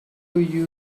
you